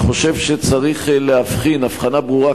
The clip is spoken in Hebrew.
אני חושב שצריך להבחין הבחנה ברורה,